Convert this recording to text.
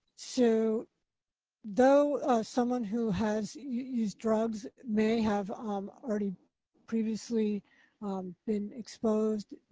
so though someone who has used drugs may have already previously been exposed,